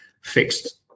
fixed